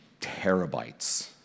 terabytes